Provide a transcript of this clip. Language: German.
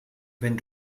wenn